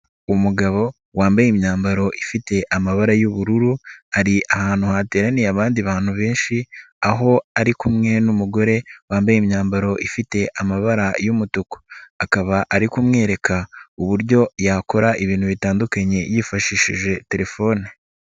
Umugabo wambaye imyambaro ifite amabara y'ubururu ari ahantu hateraniye abandi bantu benshi aho ari kumwe n'umugore wambaye imyambaro ifite amabara y'umutuku, akaba ari kumwereka uburyo yakora ibintu bitandukanye yifashishije telefone.